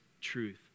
truth